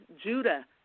Judah